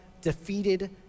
defeated